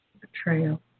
betrayal